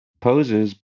poses